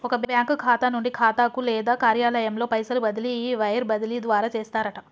ఒక బ్యాంకు ఖాతా నుండి ఖాతాకు లేదా కార్యాలయంలో పైసలు బదిలీ ఈ వైర్ బదిలీ ద్వారా చేస్తారట